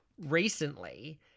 recently